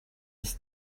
his